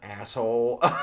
asshole